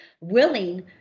willing